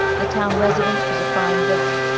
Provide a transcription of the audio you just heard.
the town residence was a fine villa,